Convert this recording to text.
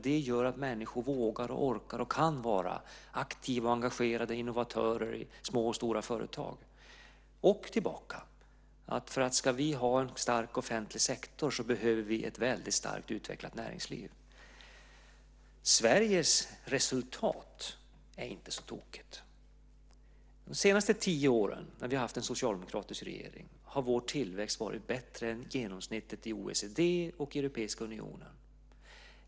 Det gör att människor vågar, orkar och kan vara aktiva och engagerade innovatörer i små och stora företag. Och tillbaka: För att vi ska ha en stark offentlig sektor behöver vi ett väldigt starkt utvecklat näringsliv. Sveriges resultat är inte så tokigt. Under de senaste tio åren, då vi haft en socialdemokratisk regering, har vår tillväxt varit bättre än genomsnittet i OECD och den europeiska unionen.